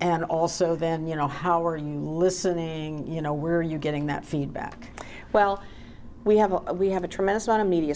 and also then you know how are you listening you know where you're getting that feedback well we have a we have a tremendous amount of media